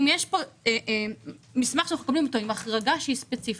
אם יש פה מסמך שאנחנו מקבלים אותו עם החרגה שהיא ספציפית,